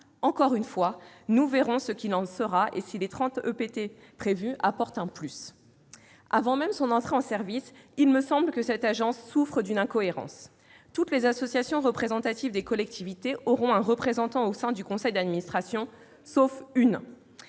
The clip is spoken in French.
Encore une fois, nous verrons ce qu'il en sera, et si les 30 équivalents temps plein travaillé (ETPT) prévus apportent un plus. » Avant même son entrée en service, il me semble que cette agence souffre d'une incohérence : toutes les associations représentatives des collectivités auront un représentant au sein du conseil d'administration, toutes